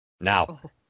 Now